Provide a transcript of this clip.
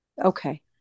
Okay